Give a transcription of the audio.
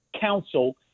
council